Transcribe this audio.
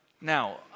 Now